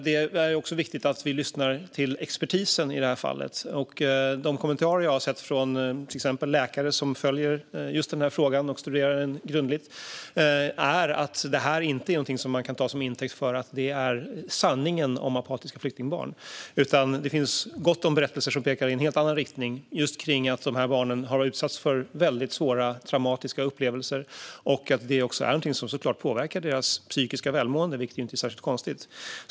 Det är också viktigt att vi lyssnar till expertisen i fallet. De kommentarer jag har sett från till exempel läkare som följer just den här frågan och studerar den grundligt är att detta inte kan tas till intäkt för sanningen om apatiska flyktingbarn. Det finns gott om berättelser som pekar i en helt annan riktning. De här barnen har utsatts för väldigt svåra och traumatiska upplevelser, och det påverkar såklart deras psykiska välmående. Det är inte särskilt konstigt.